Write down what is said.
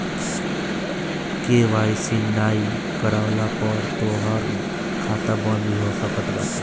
KYC नाइ करववला पअ तोहार खाता बंद भी हो सकत बाटे